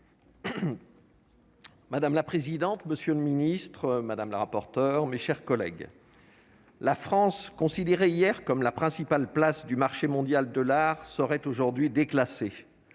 Madame la présidente, monsieur le garde des sceaux, mes chers collègues, la France, considérée hier comme la principale place du marché mondial de l'art, serait aujourd'hui déclassée.